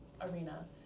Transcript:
arena